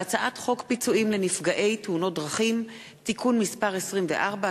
והצעת חוק פיצויים לנפגעי תאונות דרכים (תיקון מס' 24),